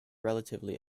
relatively